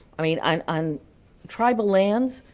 i mean on on tribal lands,